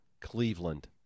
Cleveland